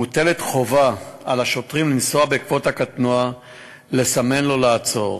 מוטלת חובה על השוטרים לנסוע בעקבות הקטנוע ולסמן לו לעצור.